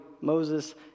Moses